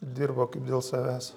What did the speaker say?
dirbo kaip dėl savęs